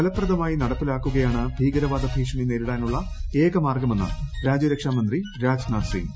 ഫലപ്രദമായി നടപ്പിൽാക്കുകയാണ് ഭീകരവാദ ഭീഷണി നേരിടാനുള്ള ഏകമാർഗ്ഗമെന്ന് രാജ്യരക്ഷാമന്ത്രി രാജ്നാഥ് സിംഗ്